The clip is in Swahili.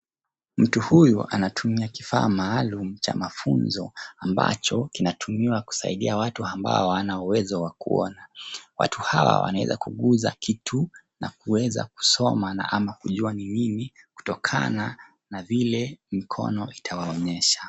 Mtu huyu anatumia kifaa maalum cha mafunzo ambacho kinatumiwa kusaidia watu ambao hawana uwezo wa kuona. Watu hawa wanaweza kuguza kitu na kuweza kusoma na ama kujua ni nini kutokana na vile mikono itawaonyesha.